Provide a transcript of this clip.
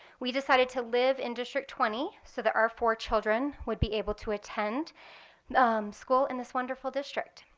we decided to live in district twenty so that our four children would be able to attend school in this wonderful district.